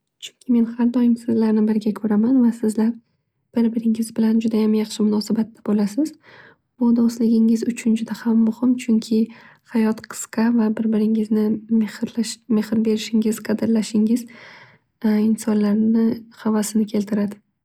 Chunki men sizlarni har doim birga ko'raman. Bir biringiz bilan judayam yaxshi munosabatda bo'lasiz. Bu do'stligingiz uchun juda ham muhim chunki hayot qisqa va bir biringizni mehr berishingiz qadrlashingiz insonlarni havasini keltiradi.